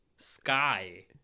sky